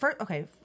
Okay